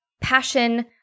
passion